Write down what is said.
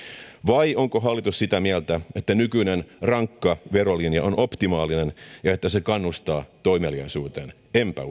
vai onko hallitus sitä mieltä että nykyinen rankka verolinja on optimaalinen ja että se kannustaa toimeliaisuuteen enpä